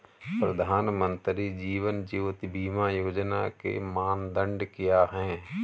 प्रधानमंत्री जीवन ज्योति बीमा योजना के मानदंड क्या हैं?